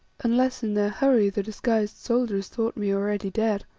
unless in their hurry the disguised soldiers thought me already dead,